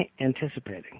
anticipating